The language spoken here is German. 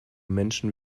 menschen